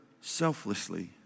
selflessly